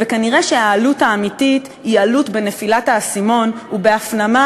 וכנראה שהעלות האמיתית היא עלות בנפילת האסימון ובהפנמה